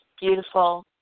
beautiful